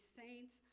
saints